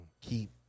keep